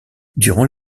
durant